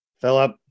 philip